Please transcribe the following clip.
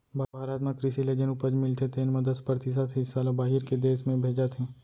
भारत म कृसि ले जेन उपज मिलथे तेन म दस परतिसत हिस्सा ल बाहिर के देस में भेजत हें